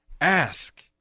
Ask